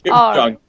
ah.